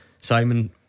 Simon